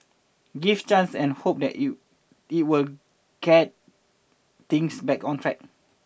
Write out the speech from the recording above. give chance and hope it you you will get things back on track